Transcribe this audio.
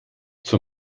zur